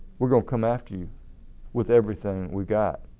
we're going to come after you with everything we got.